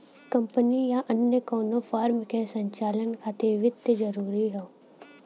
company या अन्य कउनो फर्म के संचालन खातिर वित्त जरूरी हौ